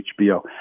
HBO